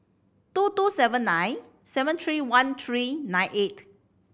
two two seven nine seven three one three nine eight